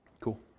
Cool